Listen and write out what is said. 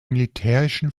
militärischen